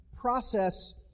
process